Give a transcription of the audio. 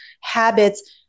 habits